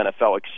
NFL